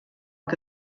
que